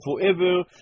forever